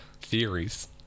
theories